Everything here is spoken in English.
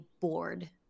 bored